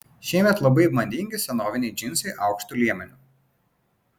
šiemet labai madingi senoviniai džinsai aukštu liemeniu